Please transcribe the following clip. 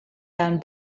down